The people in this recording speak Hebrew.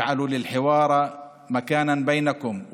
תנו מקום לדיאלוג ביניכם.